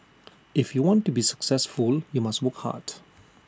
if you want to be successful you must work hard